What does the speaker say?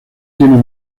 tienen